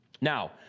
Now